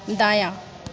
दायाँ